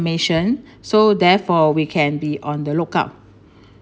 ~mation so therefore we can be on the lookout